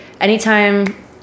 anytime